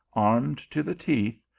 armed to the teeth,